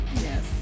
Yes